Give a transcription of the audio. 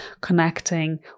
connecting